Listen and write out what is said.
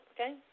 Okay